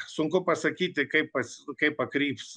sunku pasakyti kaip pas kaip pakryps